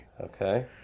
Okay